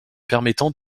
permettant